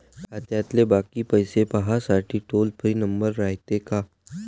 खात्यातले बाकी पैसे पाहासाठी टोल फ्री नंबर रायते का?